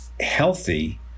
healthy